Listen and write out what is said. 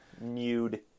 Nude